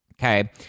Okay